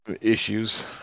Issues